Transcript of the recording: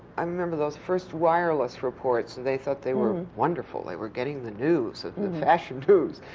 i remember those first wireless reports, and they thought they were wonderful. they were getting the news, the fashion news,